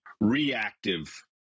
reactive